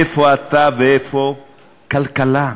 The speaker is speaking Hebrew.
איפה אתה ואיפה כלכלה?